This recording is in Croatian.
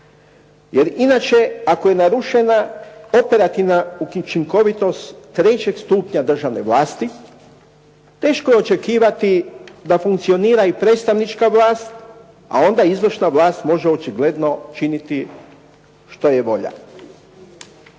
Jer inače ako je narušena operativna učinkovitost trećeg stupnja državne vlasti teško je očekivati da funkcionira i predstavnička vlast, a onda izvršna vlast može očigledno činiti što je volja.